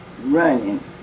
running